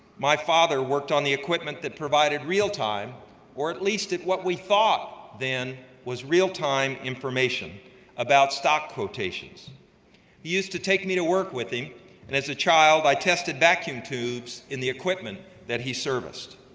my father worked on the equipment that provided real-time or at least at what we thought then was real time information about stock quotations used to take me to work with him and as a child, i tested vacuum tubes in the equipment that he serviced.